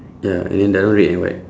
ya and then the other one red and white